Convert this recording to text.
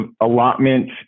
allotment